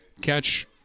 catch